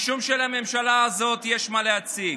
משום שלממשלה הזאת יש מה להציג.